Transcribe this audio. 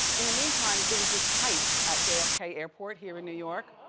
in the meantime, there was this heist at jfk airport here in new york.